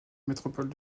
métropole